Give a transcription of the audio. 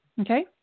Okay